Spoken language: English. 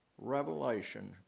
revelation